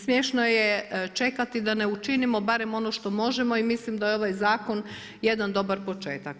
Smiješno je čekati da ne učinimo barem ono što možemo i mislim da je ovaj zakon jedan dobar početak.